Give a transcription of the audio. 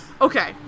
okay